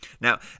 Now